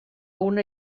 una